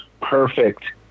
perfect